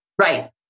right